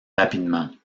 rapidement